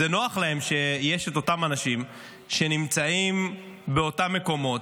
זה נוח להם שיש את אותם אנשים שנמצאים באותם מקומות,